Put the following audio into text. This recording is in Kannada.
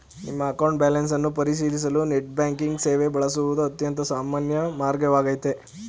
ನಿಮ್ಮ ಅಕೌಂಟ್ ಬ್ಯಾಲೆನ್ಸ್ ಅನ್ನ ಪರಿಶೀಲಿಸಲು ನೆಟ್ ಬ್ಯಾಂಕಿಂಗ್ ಸೇವೆ ಬಳಸುವುದು ಅತ್ಯಂತ ಸಾಮಾನ್ಯ ಮಾರ್ಗವಾಗೈತೆ